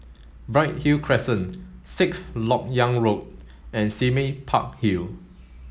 Bright Hill Crescent Lok Yang Road and Sime Park Hill